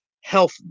health